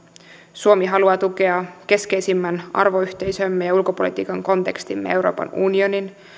suomi haluaa tukea keskeisimmän arvoyhteisömme ja ulkopolitiikan kontekstimme euroopan unionin